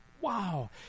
Wow